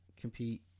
compete